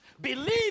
Believe